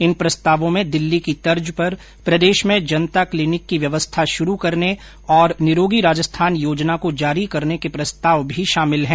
इन प्रस्तावों में दिल्ली की तर्ज पर प्रदेश में जनता क्लिनिक की व्यवस्था शुरू करने और निरोगी राजस्थान योजना को जारी करने के प्रस्ताव भी शामिल है